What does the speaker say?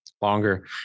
Longer